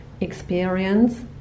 experience